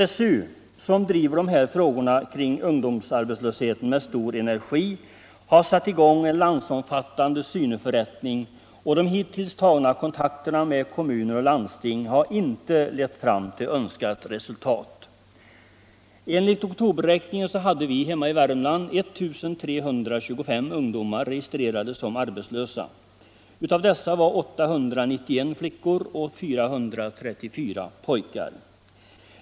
SSU, som driver dessa frågor kring ungdomsarbetslösheten med stor energi, har satt i gång en landsomfattande syneförrättning, och de hittills tagna kontakterna med kommuner och landsting har inte lett fram till önskat resultat. Enligt oktoberräkningen hade vi hemma i Värmland 1 325 ungdomar registrerade som arbetslösa. Av dessa var 891 flickor och 434 pojkar.